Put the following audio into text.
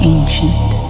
Ancient